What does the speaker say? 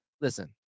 listen